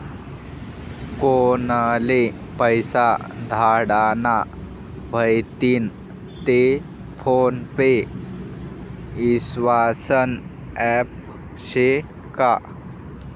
कोनले पैसा धाडना व्हतीन ते फोन पे ईस्वासनं ॲप शे का?